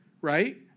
right